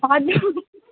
हजुर